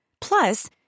Plus